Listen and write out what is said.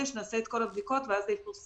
נעשה את כל הבדיקות, ואז זה יפורסם,